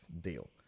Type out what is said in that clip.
deal